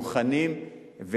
מוכנים,